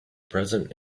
present